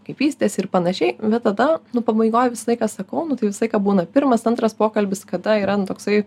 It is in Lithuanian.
kaip vystėsi ir panašiai bet tada nu pabaigoj visą laiką sakau nu tai visą laiką būna pirmas antras pokalbis kada yra nu toksai